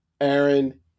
aaron